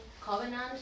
covenant